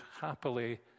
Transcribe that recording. happily